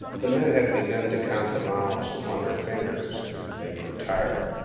the men had begun to count the miles upon their fingers, and they grew tired.